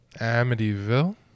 Amityville